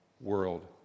world